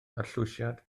arllwysiad